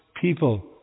people